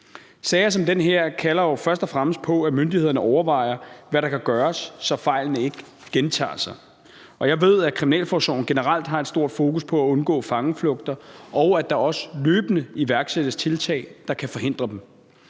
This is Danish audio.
Sager som den her kalder jo først og fremmest på, at myndighederne overvejer, hvad der kan gøres, så fejlene ikke gentager sig. Og jeg ved, at kriminalforsorgen generelt har et stort fokus på at undgå fangeflugter, og at der også løbende iværksættes tiltag, der kan forhindre dem.